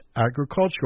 Agricultural